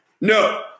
No